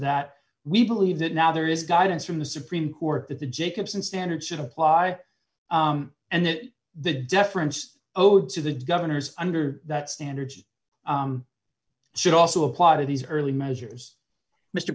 that we believe that now there is guidance from the supreme court that the jacobson standard should apply and the deference owed to the governors under that standard should also apply to these early measures mr